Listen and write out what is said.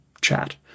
chat